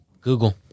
Google